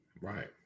Right